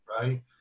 Right